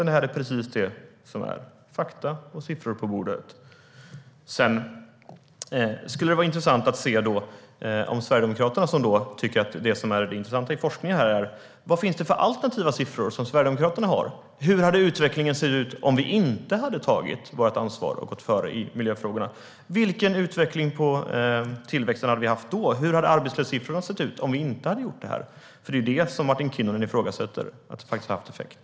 Det finns fakta och siffror på bordet. Sverigedemokraterna tycker att det intressanta är forskningen. Det skulle vara intressant att höra vad det finns för alternativa siffror som Sverigedemokraterna har. Hur hade utvecklingen sett ut om vi inte hade tagit vårt ansvar och gått före i miljöfrågorna? Vilken utveckling av tillväxten hade vi haft då? Hur hade arbetslöshetssiffrorna sett ut om vi inte hade gjort det här? Martin Kinnunen ifrågasätter ju att detta haft effekt.